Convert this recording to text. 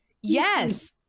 yes